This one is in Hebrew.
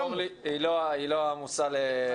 קודם כל אורלי היא לא המושא לתקיפה.